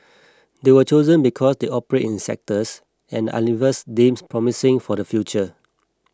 they were chosen because they operate in sectors and Unilever deems promising for the future